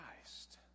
Christ